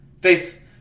Face